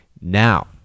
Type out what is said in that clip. now